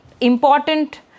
important